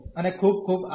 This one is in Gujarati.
અને ખુબ ખુબ આભાર